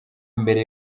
mbere